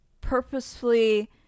purposefully